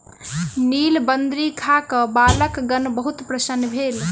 नीलबदरी खा के बालकगण बहुत प्रसन्न भेल